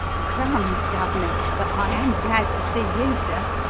crumbs, gov'nor, but i am glad to see you, sir!